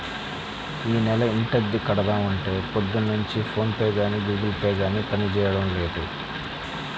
యీ నెల ఇంటద్దె కడదాం అంటే పొద్దున్నుంచి ఫోన్ పే గానీ గుగుల్ పే గానీ పనిజేయడం లేదు